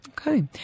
Okay